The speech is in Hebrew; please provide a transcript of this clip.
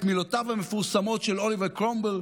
את מילותיו המפורסמות של אוליבר קרומוול,